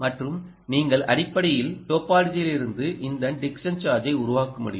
மற்றும் நீங்கள் அடிப்படையில் டோபாலஜியிலிருந்து இந்த டிக்சன் சார்ஜை உருவாக்க முடியும்